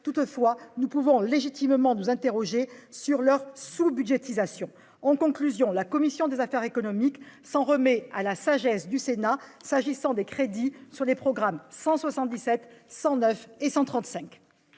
Toutefois, nous pouvons légitimement nous interroger sur leur sous-budgétisation. En conclusion, la commission des affaires économiques s'en remet à la sagesse du Sénat sur les crédits des programmes 177, 109 et 135.